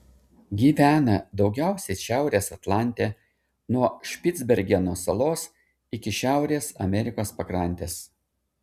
gyvena daugiausiai šiaurės atlante nuo špicbergeno salos iki šiaurės amerikos pakrantės